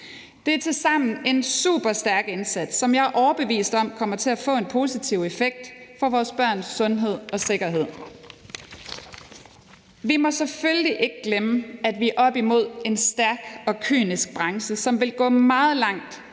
Det er tilsammen en super stærk indsats, som jeg er overbevist om kommer til at få en positiv effekt for vores børns sundhed og sikkerhed. Vi må selvfølgelig ikke glemme, at vi er oppe imod en stærk og kynisk branche, som vil gå meget langt